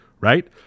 Right